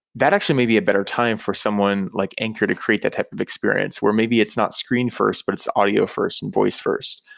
that actually maybe a better time for someone like anchor to create that type of experience, where maybe it's not screen first, but it's audio first and voice first.